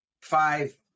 five